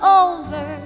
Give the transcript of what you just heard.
over